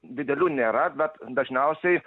didelių nėra bet dažniausiai